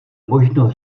možno